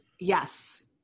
Yes